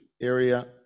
area